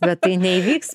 bet tai neįvyks